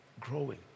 Growing